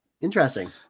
interesting